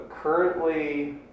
currently